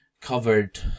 covered